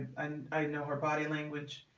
and i know her body language.